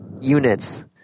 units